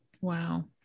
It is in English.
wow